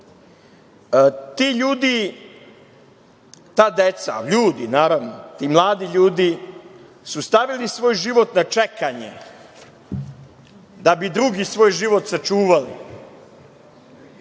Ti ljudi, ta deca, ljudi naravno, ti mladi ljudi su stavili svoj život na čekanje da bi drugi svoj život sačuvali.